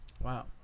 Wow